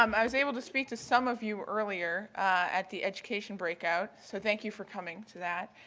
um i was able to speak to some of you earlier at the education breakout so thank you for coming to that.